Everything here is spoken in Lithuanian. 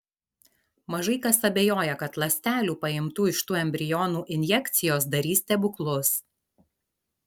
mažai kas abejoja kad ląstelių paimtų iš tų embrionų injekcijos darys stebuklus